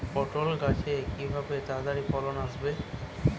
পটল গাছে কিভাবে তাড়াতাড়ি ফলন আসবে?